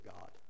God